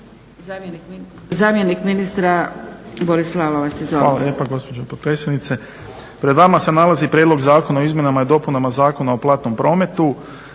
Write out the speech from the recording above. Zamjenik ministra Boris Lalovac. Izvolite. **Lalovac, Boris** Hvala lijepo gospođo potpredsjednice. Pred vama se nalazi Prijedlog Zakona o izmjenama i dopunama zakona o platnom prometu.